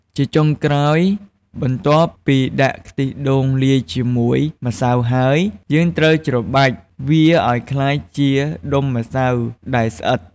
ជាចុងក្រោយ បន្ទាប់ពីដាក់ខ្ទិះដូងលាយជាមួយម្សៅហើយ យើងត្រូវច្របាច់វាឲ្យក្លាយជាដុំម្សៅដែលស្អិត។